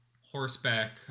horseback